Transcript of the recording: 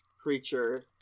creature